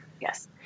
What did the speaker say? Yes